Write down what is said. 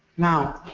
now,